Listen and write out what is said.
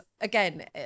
again